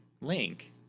link